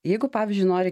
jeigu pavyzdžiui nori